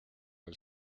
del